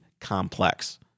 complex